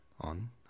on